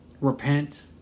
Repent